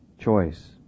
choice